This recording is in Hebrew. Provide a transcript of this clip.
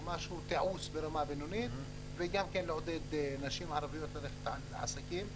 תיעוש ברמה בינונית וגם לעודד נשים ערביות ללכת לעסקים,